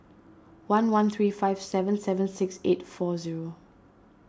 one one three five seven seven six eight four zero